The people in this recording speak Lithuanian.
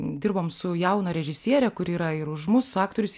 dirbom su jauna režisiere kuri yra ir už mus aktorius